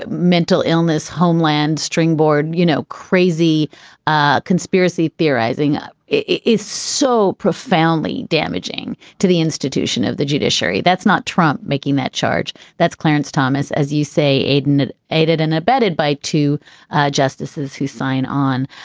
ah mental illness, homeland string board, you know, crazy ah conspiracy theorizing is so profoundly damaging to the institution of the judiciary. that's not trump making that charge. that's clarence thomas, as you say, aden aided and abetted by two justices who sign on.